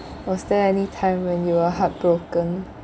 was there any time when you were heartbroken